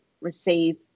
receive